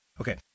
Okay